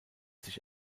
sich